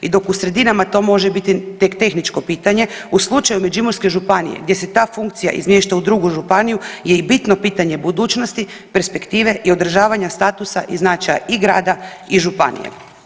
I dok u sredinama to može biti tek tehničko pitanje u slučaju Međimurske županije gdje se ta funkcija izmješta u drugu županiju je i bitno pitanje budućnosti, perspektive i održavanja statusa i značaja i grada i županije.